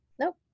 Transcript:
Nope